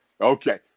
Okay